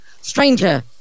Stranger